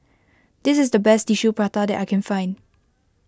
this is the best Tissue Prata that I can find